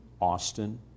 Austin